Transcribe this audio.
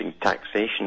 taxation